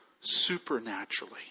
supernaturally